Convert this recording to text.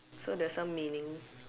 so there's some meaning